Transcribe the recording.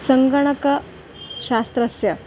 सङ्गणकशास्त्रस्य